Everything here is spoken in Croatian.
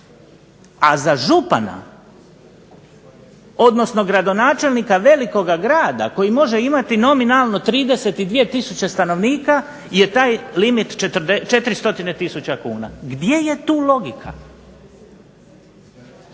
a za župana, odnosno gradonačelnika velikoga grada, koji može imati nominalno 32 tisuće stanovnika je taj limit 4 stotine tisuća kuna. Gdje je tu logika?